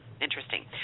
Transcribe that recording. interesting